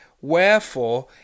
Wherefore